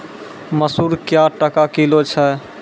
मसूर क्या टका किलो छ?